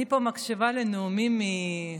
אני פה מקשיבה לנאומים של